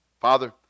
Father